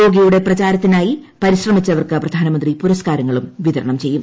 യോഗയുടെ പ്രചാരത്തിനായി പരിശ്രമിച്ചവർക്ക് പ്രധാനമന്ത്രി പുരസ്കാരങ്ങളും വിതരണം ചെയ്യും